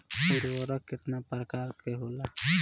उर्वरक केतना प्रकार के होला?